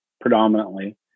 predominantly